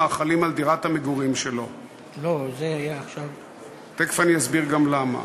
החלים על דירת המגורים שלו"; תכף אני אסביר גם למה.